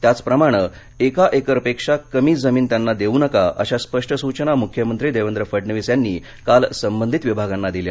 त्याचप्रमाणे एका एकरपेक्षा कमी जमीन त्यांना देऊ नका अशा स्पष्ट सुचना मुख्यमंत्री देवेंद्र फडणवीस यांनी काल संबंधित विभागांना दिल्या